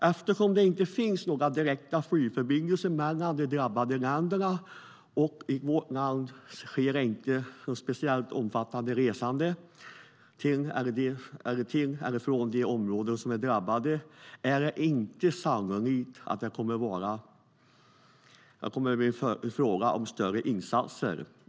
Eftersom det inte finns några direkta flygförbindelser mellan de drabbade länderna och vårt land och det inte sker något omfattande resande till eller från drabbade områden är det inte sannolikt att det kommer att bli fråga om några större insatser.